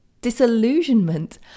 disillusionment